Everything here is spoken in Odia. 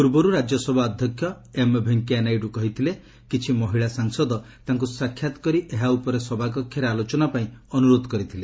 ପୂର୍ବରୁ ରାକ୍ୟସଭା ଅଧ୍ୟକ୍ଷ ଏମ୍ ଭେଙ୍କିୟାନାଇଡ୍ର କହିଥିଲେ କିଛି ମହିଳା ସାଂସଦ ତାଙ୍କ ସାକ୍ଷାତ କରି ଏହା ଉପରେ ସଭାକକ୍ଷରେ ଆଲୋଚନା ପାଇଁ ଅନୁରୋଧ କରିଥିଲେ